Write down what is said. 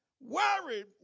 worried